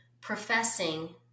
professing